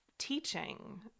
teaching